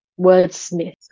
wordsmith